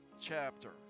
chapter